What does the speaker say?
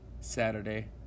Saturday